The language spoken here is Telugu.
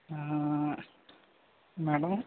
ఆ మేడం